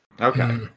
Okay